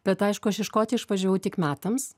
bet aišku aš į škotiją išvažiavau tik metams